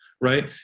Right